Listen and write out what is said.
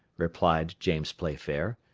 replied james playfair,